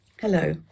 Hello